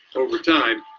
over time,